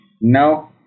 no